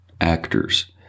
actors